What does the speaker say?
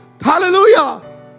Hallelujah